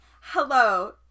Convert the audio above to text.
Hello